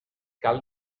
cal